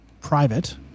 private